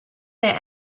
that